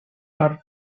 are